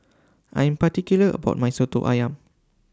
I Am particular about My Soto Ayam